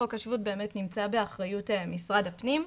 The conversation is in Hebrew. חוק השבות באמת נמצא באחריות משרד הפנים,